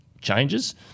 changes